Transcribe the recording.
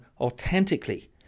authentically